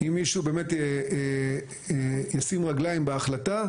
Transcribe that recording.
אם מישהו באמת ישים רגליים להחלטה,